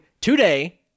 today